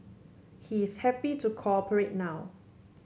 he is happy to cooperate now